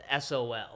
sol